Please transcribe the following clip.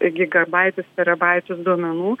gigabaitus terabaitus duomenų